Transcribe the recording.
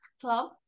club